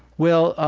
well,